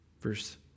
Verse